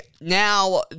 now